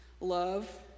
love—